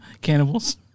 cannibals